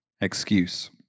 excuse